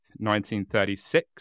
1936